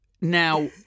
now